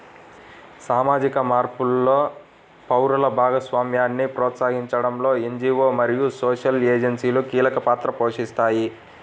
సామాజిక మార్పులో పౌరుల భాగస్వామ్యాన్ని ప్రోత్సహించడంలో ఎన్.జీ.వో మరియు సోషల్ ఏజెన్సీలు కీలక పాత్ర పోషిస్తాయి